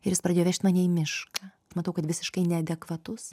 ir jis pradėjo vežt mane į mišką matau kad visiškai neadekvatus